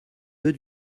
vœux